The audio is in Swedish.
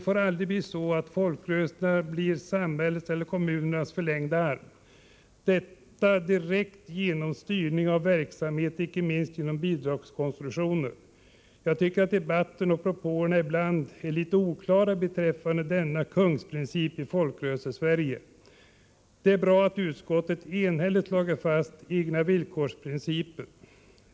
Folkrörelserna får aldrig bli samhällets eller kommunernas förlängda arm genom direkt styrning av verksamheten, inte minst genom bidragskonstruktioner. Jag tycker att debatten och propåerna ibland är litet oklara beträffande denna kungsprincip i Folkrörelsesverige. Det är bra att utskottet enhälligt slagit fast egna-villkors-principen.